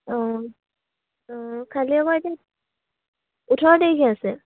অঁ অঁ ওঠৰ তাৰিখে আছে